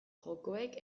jokoek